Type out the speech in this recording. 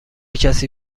کسی